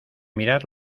mirar